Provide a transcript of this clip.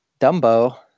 dumbo